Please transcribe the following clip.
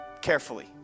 carefully